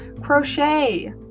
Crochet